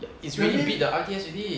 ya it's already beat the R_T_S already